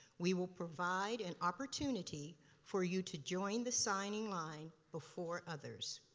we will provide an opportunity for you to join the signing line before others.